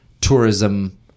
tourism